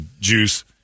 juice